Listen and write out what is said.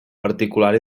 particular